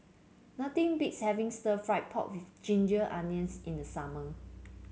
nothing beats having stir fry pork with Ginger Onions in the summer